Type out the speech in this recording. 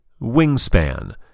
Wingspan